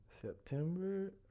september